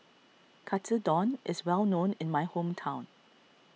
Katsudon is well known in my hometown